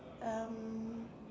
um